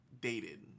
Dated